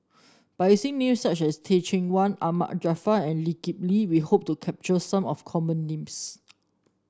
by using names such as Teh Cheang Wan Ahmad Jaafar and Lee Kip Lee we hope to capture some of the common names